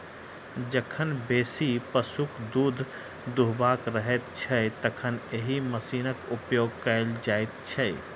जखन बेसी पशुक दूध दूहबाक रहैत छै, तखन एहि मशीनक उपयोग कयल जाइत छै